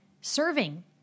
serving